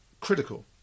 critical